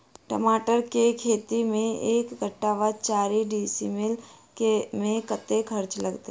टमाटर केँ खेती मे एक कट्ठा वा चारि डीसमील मे कतेक खर्च लागत?